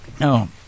No